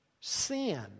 sin